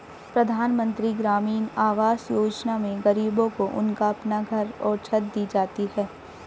प्रधानमंत्री ग्रामीण आवास योजना में गरीबों को उनका अपना घर और छत दी जाती है